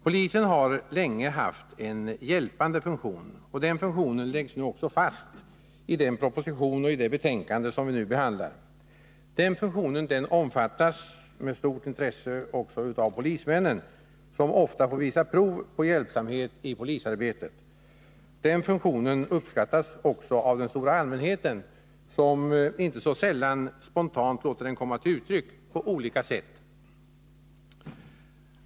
Polisen har länge haft en hjälpande funktion, och den funktionen läggs nu också fast i den proposition och i det betänkande som vi nu behandlar. Den funktionen omfattas med stort intresse också av polismännen, som ofta får visa prov på hjälpsamhet i polisarbetet. Den funktionen uppskattas också av den stora allmänheten, som inte så sällan spontant låter den komma till uttryck på olika sätt.